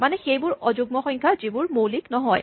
মানে সেইবোৰ অযুগ্ম সংখ্যা যিবোৰ মৌলিক নহয়